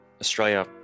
Australia